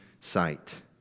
sight